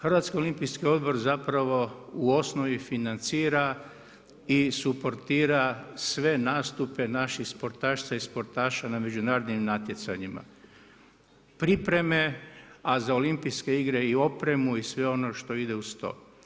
HOO zapravo u osnovi financira i suportira sve nastupe naših sportašica i sportaša na međunarodnim natjecanjima, pripreme a za Olimpijske igre i opremu i sve ono što ide uz to.